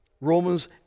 Romans